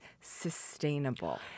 sustainable